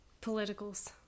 politicals